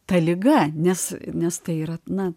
ta liga nes nes tai yra na